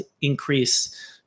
increase